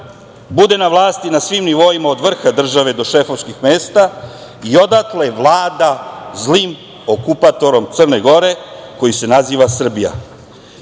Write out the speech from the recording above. bude na vlasti na svim nivoima od vrha države do šefovskih mesta i odatle vlada zlim okupatorom Crne Gore koji se naziva Srbija.